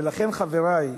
ולכן, חברי,